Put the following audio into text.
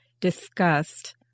discussed